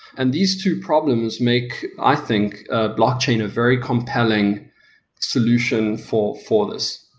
and these two problems make i think ah blockchain a very compelling solution for for this.